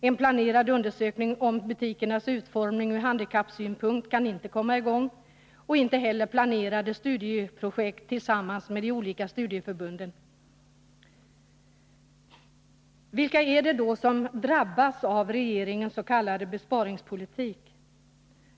En planerad undersökning om butikernas utformning från handikappsynpunkt kan inte komma i gång och inte heller planerade studieprojekt tillsammans med de olika studieförbunden. Vilka är det då som drabbas av regeringenss.k. besparingspolitik?